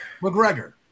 McGregor